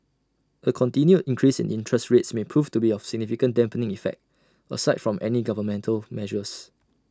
A continued increase in interest rates may prove to be of significant dampening effect aside from any governmental measures